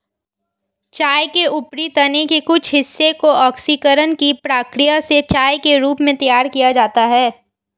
चाय के ऊपरी तने के कुछ हिस्से को ऑक्सीकरण की प्रक्रिया से चाय के रूप में तैयार किया जाता है